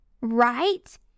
right